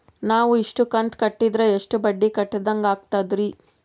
ನಾವು ಇಷ್ಟು ಕಂತು ಕಟ್ಟೀದ್ರ ಎಷ್ಟು ಬಡ್ಡೀ ಕಟ್ಟಿದಂಗಾಗ್ತದ್ರೀ?